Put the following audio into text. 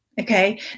Okay